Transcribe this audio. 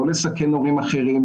לא לסכן הורים אחרים,